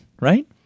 right